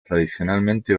tradicionalmente